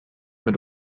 mit